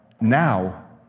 now